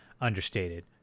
understated